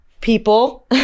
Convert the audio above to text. people